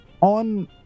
on